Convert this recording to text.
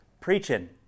preaching